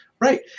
Right